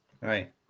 Right